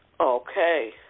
Okay